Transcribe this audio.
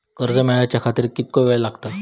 कर्ज मेलाच्या खातिर कीतको वेळ लागतलो?